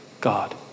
God